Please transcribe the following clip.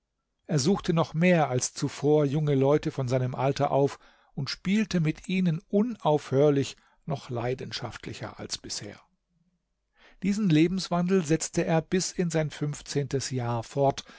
er suchte noch mehr als zuvor junge leute von seinem alter auf und spielte mit ihnen unaufhörlich noch leidenschaftlicher als bisher diesen lebenswandel setzte er bis in sein fünfzehntes jahr fort